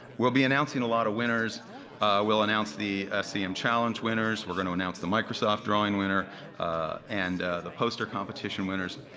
we'll be announcing a lot of winners. i will announce the scm challenge winners. we're gonna announce the microsoft drawing winner and the poster competition winners.